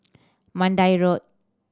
Mandai Road